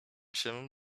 się